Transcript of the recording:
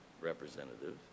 representative